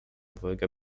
dwojga